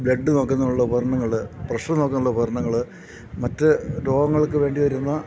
blood നോക്കുന്നതിനുള്ള ഉപകരണങ്ങള് pressure നോക്കുന്നതിനുള്ള ഉപകരണങ്ങള് മറ്റു രോഗങ്ങൾക്കു വേണ്ടിവരുന്ന